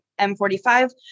M45